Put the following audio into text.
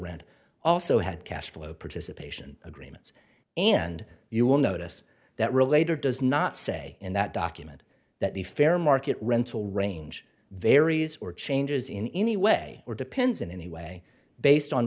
rent also had cashflow participation agreements and you will notice that related does not say in that document that the fair market rental range varies or changes in any way or depends in any way based on